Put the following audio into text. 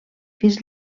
fins